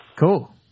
Cool